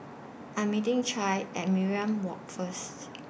I'm meeting Che At Mariam Walk First